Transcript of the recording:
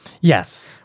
Yes